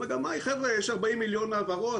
המגמה היא שיש 40 מיליון העברות,